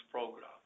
Program